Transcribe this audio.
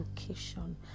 location